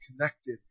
connected